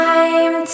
Time